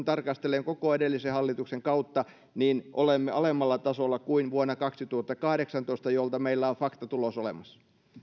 tarkastelee koko edellisen hallituksen kautta niin olemme alemmalla tasolla kuin vuonna kaksituhattakahdeksantoista jolta meillä on faktatulos olemassa